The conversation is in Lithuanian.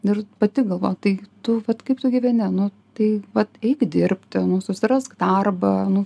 ir pati galvoju tai tu vat kaip tu gyveni nu tai vat eik dirbti susirask darbą nu